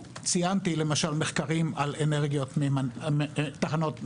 ציינתי, למשל, מחקרים על תחנות מימן,